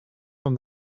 from